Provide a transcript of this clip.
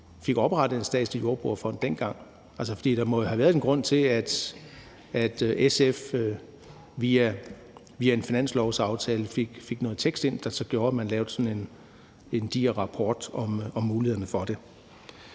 fik oprettet en statslig jordbrugerfond dengang. For der må jo have været en grund til, at SF via en finanslovsaftale fik noget tekst ind, der så gjorde, at man lavede sådan en diger rapport om mulighederne for det.